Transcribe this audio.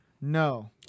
No